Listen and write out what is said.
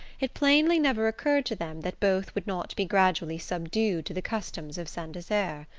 it plainly never occurred to them that both would not be gradually subdued to the customs of saint desert.